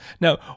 Now